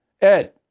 Ed